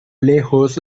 lejos